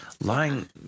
lying